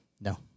No